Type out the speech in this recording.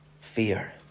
fear